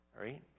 right